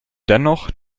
dennoch